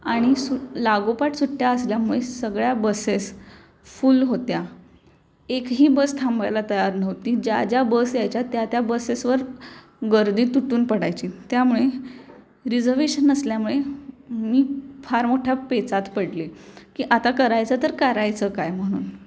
आणि सु लागोपाठ सुट्ट्या असल्यामुळे सगळ्या बसेस फुल होत्या एकही बस थांबायला तयार नव्हती ज्या ज्या बस यायच्या त्या त्या बसेसवर गर्दी तुटून पडायची त्यामुळे रिझर्व्हेशन नसल्यामुळे मी फार मोठ्या पेचात पडले की आता करायचं तर करायचं काय म्हणून